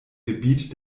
gebiet